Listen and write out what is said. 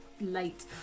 late